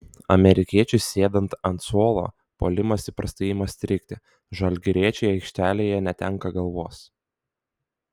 amerikiečiui sėdant ant suolo puolimas įprastai ima strigti žalgiriečiai aikštelėje netenka galvos